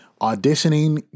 auditioning